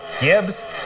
Gibbs